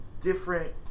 different